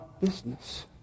business